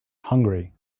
hungry